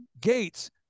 Gates